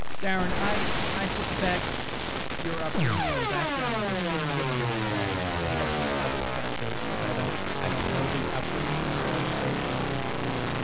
darren, i i suspect your upbringing and background is a bit different than the heads of other foundations. i don't i don't know the upbringing of all of those individuals.